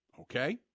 Okay